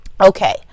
Okay